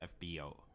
FBO